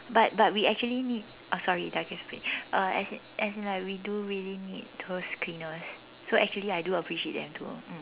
but but we actually need uh sorry digress digress a bit uh as in as in like we do really need those cleaners so actually I do appreciate them too mm